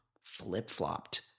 flip-flopped